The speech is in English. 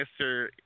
Mr